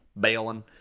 Bailing